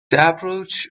approach